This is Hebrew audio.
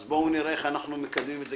אז בואו נראה איך אנחנו מקדמים את זה.